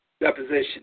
deposition